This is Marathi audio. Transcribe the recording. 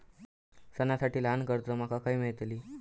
सणांसाठी ल्हान कर्जा माका खय मेळतली?